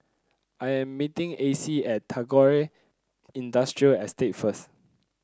I am meeting Acey at Tagore Industrial Estate first